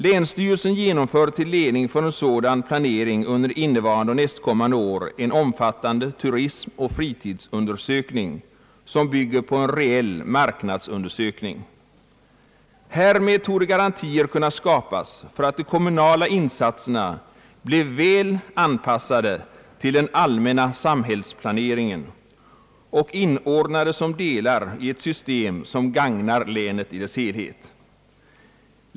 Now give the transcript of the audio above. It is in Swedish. Länsstyrelsen genomför till ledning för en sådan planering under innevarande och nästkommande år en omfattande turismoch fritidsundersökning som bygger på en reell marknadsundersökning. Härmed torde garantier kunna skapas för att de kommunala insatserna blir väl anpassade till den allmänna samhällsplaneringen och inordånade som delar i ett system som gagnar länet i dess helhet.